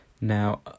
Now